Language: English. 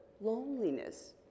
loneliness